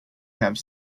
have